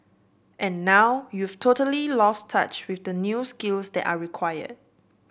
and now you've totally lost touch with the new skills that are required